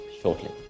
shortly